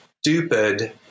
stupid